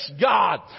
God